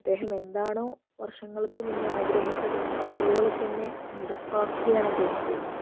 അദ്ദേഹം എന്താണോ വർഷങ്ങൾക്ക് മുന്നേ ആഗ്രഹിച്ചത് അതുപോലെ തന്നെ നടപ്പാക്കുകയാണ് അദ്ദേഹം ചെയ്യുന്നത്